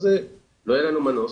אז לא היה לנו מנוס.